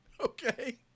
Okay